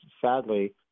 sadly